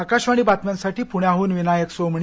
आकाशवाणी बातम्यांसाठी पुण्याहून विनायक सोमणी